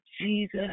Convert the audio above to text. Jesus